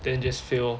then just fail lor